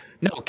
no